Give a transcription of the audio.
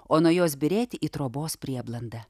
o nuo jos byrėti į trobos prieblandą